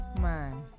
Man